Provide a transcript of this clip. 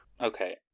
Okay